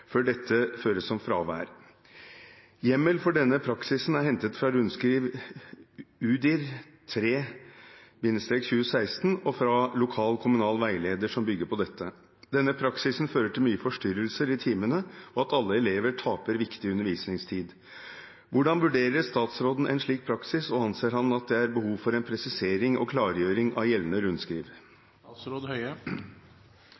før dette føres som fravær. Hjemmel for denne praksisen er hentet fra rundskriv UDIR-3-2016 og fra lokal kommunal veileder som bygger på dette. Denne praksisen fører til mye forstyrrelser i timene og at alle elever taper viktig undervisningstid. Hvordan vurderer statsråden en slik praksis, og anser han at det er behov for en presisering og klargjøring av gjeldende rundskriv?»